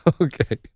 Okay